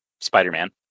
Spider-Man